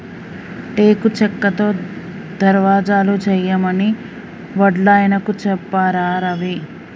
టేకు చెక్కతో దర్వాజలు చేయమని వడ్లాయనకు చెప్పారా రవి